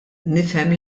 nifhem